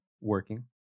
working